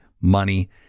money